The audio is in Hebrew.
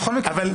בכל מקרה,